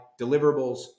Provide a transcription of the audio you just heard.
deliverables